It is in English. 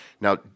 Now